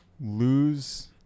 lose